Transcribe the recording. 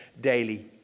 daily